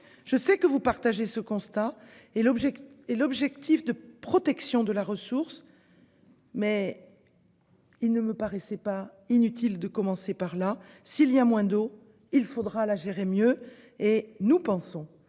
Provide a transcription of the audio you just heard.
Je sais que vous partagez le constat et l'objectif de protection de la ressource, mais il ne me paraissait pas inutile de commencer par là : s'il y a moins d'eau, il faudra la gérer mieux, et il faudra